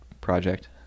project